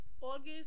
August